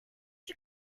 you